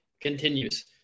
continues